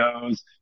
goes